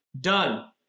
Done